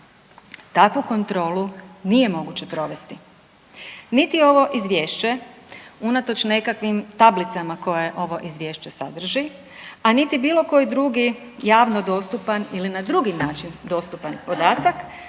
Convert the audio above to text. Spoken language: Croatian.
Takvu kontrolu nije moguće provesti, niti ovo izvješće unatoč nekakvim tablicama koje ovo izvješće sadrži, a niti bilo koji drugi javno dostupan ili na drugi način dostupan podatak